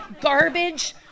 garbage